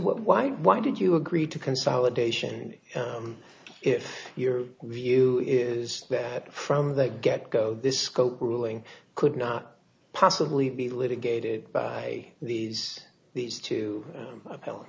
what why why did you agree to consolidation if your view is that from the get go this scope ruling could not possibly be litigated by these these two